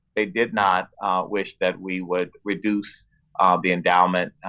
they did not wish that we would reduce the endowment,